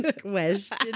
Question